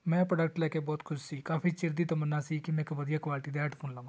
ਮੈਂ ਪ੍ਰੋਡਕਟ ਲੈ ਕੇ ਬਹੁਤ ਖੁਸ਼ ਸੀ ਕਾਫੀ ਚਿਰ ਦੀ ਤਮੰਨਾ ਸੀ ਕਿ ਮੈਂ ਇੱਕ ਵਧੀਆ ਕੁਆਲਟੀ ਦੇ ਹੈਡਫੋਨ ਲਵਾਂ